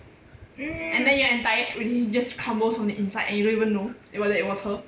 and then your entire really just crumbles on the inside and you don't even know whether it was her